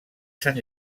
sant